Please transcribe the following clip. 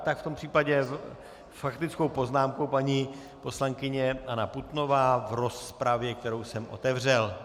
Tak v tom případě s faktickou poznámkou paní poslankyně Anna Putnová v rozpravě, kterou jsem otevřel.